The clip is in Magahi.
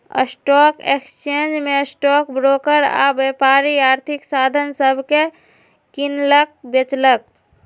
स्टॉक एक्सचेंज में स्टॉक ब्रोकर आऽ व्यापारी आर्थिक साधन सभके किनलक बेचलक